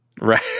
Right